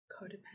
Codependent